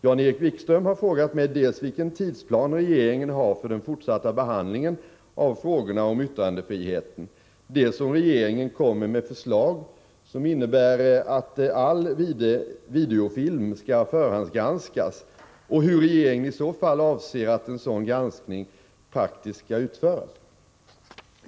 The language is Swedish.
Jan-Erik Wikström har frågat mig dels vilken tidsplan regeringen har för den fortsatta behandlingen av frågorna om yttrandefriheten, dels om regeringen kommer med förslag, som innebär att all videofilm skall förhandsgranskas, och hur regeringen i så fall avser att en sådan granskning praktiskt skall utföras.